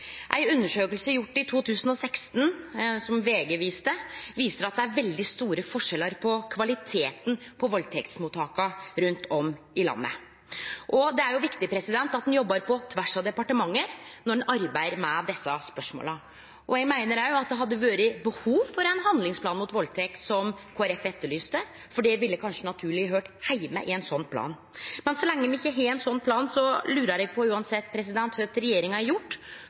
Ei undersøking som blei gjort i 2016, som VG viste, viser at det er veldig store forskjellar på kvaliteten på valdtektsmottaka rundt om i landet. Det er viktig at ein jobbar på tvers av departement når ein arbeider med desse spørsmåla. Eg meiner òg at det hadde vore behov for ein handlingsplan mot valdtekt, som Kristeleg Folkeparti etterlyste, for det ville kanskje naturleg høyrt heime i ein sånn plan. Men så lenge me ikkje har ein sånn plan, lurar eg på, uansett, kva regjeringa har gjort